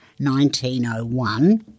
1901